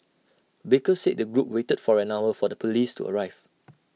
baker said the group waited for an hour for the Police to arrive